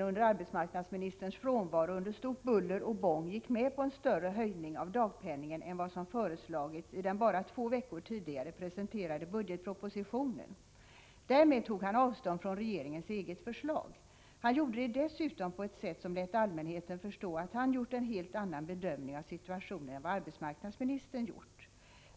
Under arbetsmarknadsministerns frånvaro gick finansministern under stort buller och bång med på en större höjning av dagpenningen än vad som föreslagits i den bara två veckor tidigare presenterade budgetpropositionen. Därmed tog han avstånd från regeringens eget förslag. Han gjorde det dessutom på ett sätt som lät allmänheten förstå att han gjort en helt annan bedömning av situationen än vad arbetsmarknadsministern gjort.